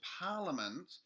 Parliament